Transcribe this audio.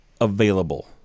available